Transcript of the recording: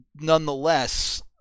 nonetheless